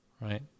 right